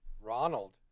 Ronald